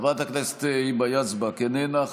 חברת הכנסת היבה יזבק, איננה.